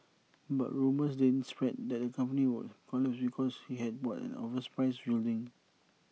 but rumours then spread that the company would collapse because he had bought an overpriced building